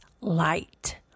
light